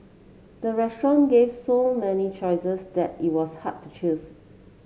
the restaurant gave so many choices that it was hard to choose